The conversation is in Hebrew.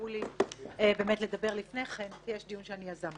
שאפשרו לי לדבר לפני כן, כי יש דיון שאני יזמתי.